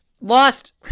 lost